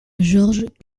george